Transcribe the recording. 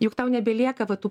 juk tau nebelieka va tų